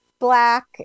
black